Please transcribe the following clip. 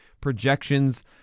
projections